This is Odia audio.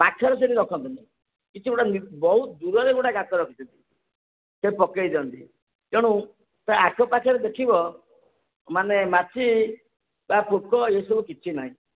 ପାଖରେ ସେଇଠି ରଖନ୍ତିନି କିଛି ଗୋଟେ ନି ବହୁତ ଦୂରରେ ଗୋଟେ ଗାତ ରଖିଛନ୍ତି ସେ ପେକେଇ ଦିଅନ୍ତି ତେଣୁ ତା' ଆଖପାଖରେ ଦେଖିବ ମାନେ ମାଛି ବା ପୋକ ଏସବୁ କିଛି ନାହିଁ